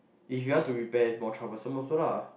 if you want to repair it's more troublesome also lah